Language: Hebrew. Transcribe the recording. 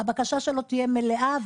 הבקשה שלו תהיה מלאה,